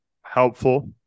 helpful